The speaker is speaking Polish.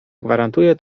gwarantuje